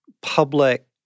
public